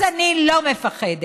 אז אני לא מפחדת.